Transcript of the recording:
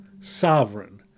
sovereign